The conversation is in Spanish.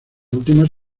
últimas